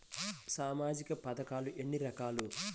సామాజిక పథకాలు ఎన్ని రకాలు?